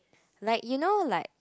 like you know like